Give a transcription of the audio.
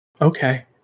Okay